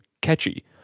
catchy